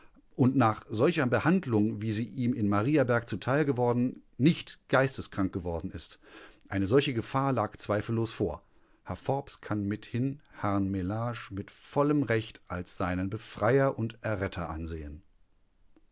und nach solcher behandlung wie sie ihm in mariaberg zuteil geworden nicht geisteskrank geworden ist eine solche gefahr lag zweifellos vor herr forbes kann mithin herrn mellage mit vollem recht als seinen befreier und erretter ansehen